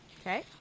Okay